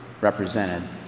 represented